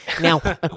Now